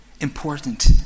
important